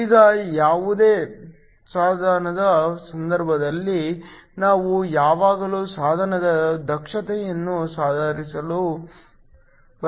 ಈಗ ಯಾವುದೇ ಸಾಧನದ ಸಂದರ್ಭದಲ್ಲಿ ನಾವು ಯಾವಾಗಲೂ ಸಾಧನದ ದಕ್ಷತೆಯನ್ನು ಸುಧಾರಿಸಲು ಬಯಸುತ್ತೇವೆ